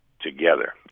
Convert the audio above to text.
together